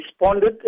responded